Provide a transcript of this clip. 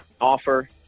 offer